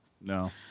no